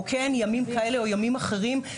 או כן בימים כאלה או בימים אחרים.